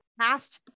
past